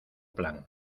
plan